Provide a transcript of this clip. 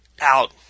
out